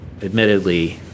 admittedly